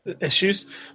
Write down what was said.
issues